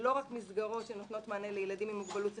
ולא רק מסגרות שנותנות מענה לילדים עם מוגבלות שכלית-התפתחותית.